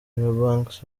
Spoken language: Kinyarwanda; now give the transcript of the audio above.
banks